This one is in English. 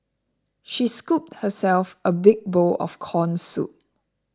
she scooped herself a big bowl of Corn Soup